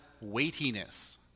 weightiness